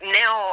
now